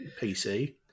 PC